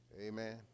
Amen